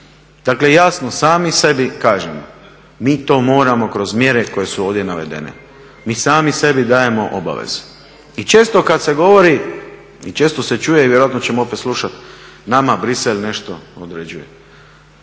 Dakle, jasno sami sebi kažemo mi to moramo kroz mjere koje su ovdje navedene. Mi sami sebi dajemo obavezu. I često kad se govori i često se čuje i vjerojatno ćemo opet slušati nama Bruxelles nešto određuje.